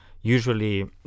usually